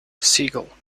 segal